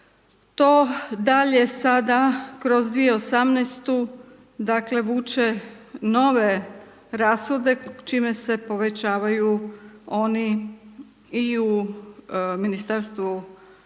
to dalje sada kroz 2018. dakle vuče nove rashode čime se povećavaju oni i u Ministarstvu rada,